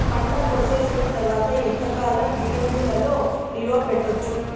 పంట కోసేసిన తర్వాత ఎంతకాలం గిడ్డంగులలో నిలువ పెట్టొచ్చు?